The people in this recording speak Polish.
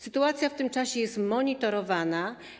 Sytuacja w tym czasie jest monitorowana.